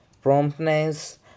promptness